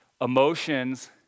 Emotions